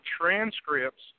transcripts